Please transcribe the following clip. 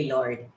Lord